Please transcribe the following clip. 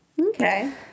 Okay